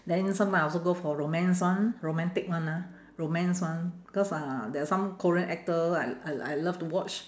then sometime I also go for romance one romantic one ah romance one because uh there are some korean actor I I I love to watch